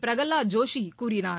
Prahlad ஜோஷிகூறினார்